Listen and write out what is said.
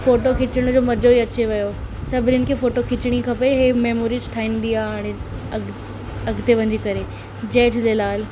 photo खिचण जो मज़ो ई अची वियो सभिनीनि खे फ़ोटो खिचणी खपे हे मैमोरीज ठहींदी आहे हाणे अॻिते वञी करे जय झूलेलाल